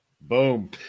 Boom